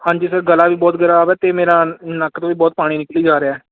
ਹਾਂਜੀ ਸਰ ਗਲ਼ਾ ਵੀ ਬਹੁਤ ਖ਼ਰਾਬ ਹੈ ਅਤੇ ਮੇਰਾ ਨੱਕ ਤੋਂ ਵੀ ਬਹੁਤ ਪਾਣੀ ਨਿਕਲੀ ਜਾ ਰਿਹਾ